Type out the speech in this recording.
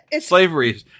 Slavery